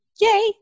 Yay